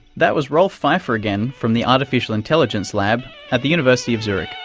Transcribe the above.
that was rolf pfeifer again from the artificial intelligence lab at the university of zurich.